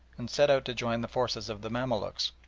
and set out to join the forces of the mamaluks.